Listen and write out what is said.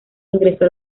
ingresó